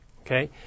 okay